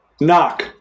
Knock